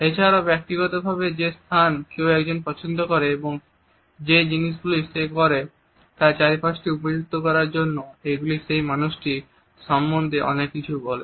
এছাড়াও ব্যক্তিগতভাবে যে স্থান কেউ একজন পছন্দ করে এবং যে জিনিসগুলি সে করে তার চারপাশটি উপযুক্ত করার জন্য এগুলি সেই মানুষটি সম্বন্ধে অনেক কিছু বলে